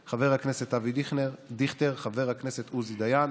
חברים, חבר הכנסת אבי דיכטר, חבר הכנסת עוזי דיין,